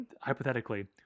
hypothetically